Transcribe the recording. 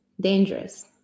dangerous